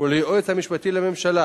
וליועץ המשפטי לממשלה